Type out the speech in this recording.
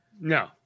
No